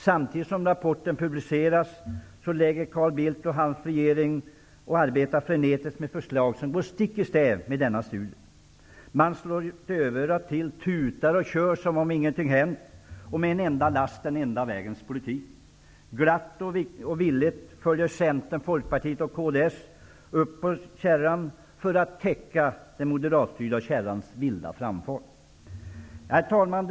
Samtidigt som rapporten publiceras lägger Carl Bildt och hans regering fram och arbetar med förslag som går stick i stäv med denna studie. Regeringen slår dövörat till och tutar och kör som om ingenting hänt med en enda last och med den enda vägens politik. Glatt och villigt följer Centern, Folkpartiet och Kds med för att täcka den moderatstyrda kärrans vilda framfart. Herr talman!